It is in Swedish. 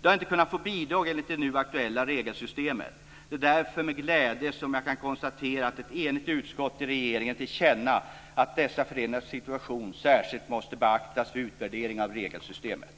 De har inte kunnat få bidrag enligt det nu aktuella regelsystemet. Det är därför jag med glädje kan konstatera att ett enligt utskott ger regeringen till känna att dessa föreningars situation särskilt måste beaktas vid utvärderingen av regelsystemet.